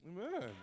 Amen